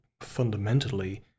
fundamentally